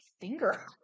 finger